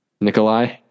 Nikolai